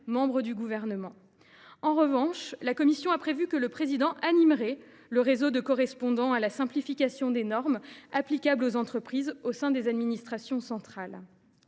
membre du Gouvernement. En revanche, la commission a prévu que le président animerait le réseau de correspondants à la simplification des normes applicables aux entreprises au sein des administrations centrales.